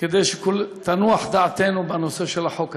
כדי שתנוח דעתנו בנושא של החוק הזה.